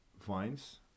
vines